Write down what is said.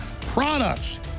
products